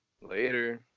Later